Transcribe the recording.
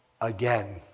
again